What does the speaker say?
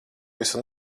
visu